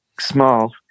small